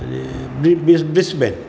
Brisbane